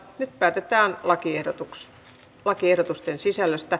nyt päätetään lakiehdotusten sisällöstä